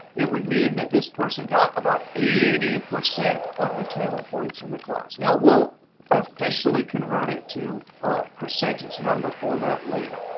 it would mean that this person got about eighty percent of the total points in the class. now, we'll officially convert it to percentage number format later.